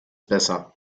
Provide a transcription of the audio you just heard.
besser